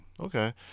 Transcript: okay